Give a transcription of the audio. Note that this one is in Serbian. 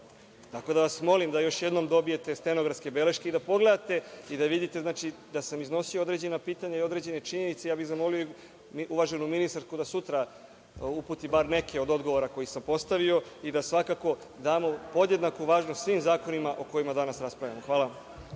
Tako da, molim vas da još jednom dobijete stenografske beleške i da pogledate i da vidite da sam iznosio određena pitanja i određene činjenice. Ja bih zamolio i uvaženu ministarku da sutra uputi bar neke od odgovora koje sam postavio i da svakako damo podjednaku važnost svim zakonima o kojima danas raspravljamo. Hvala.